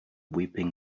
weeping